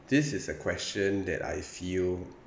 this is a question that I feel